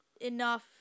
enough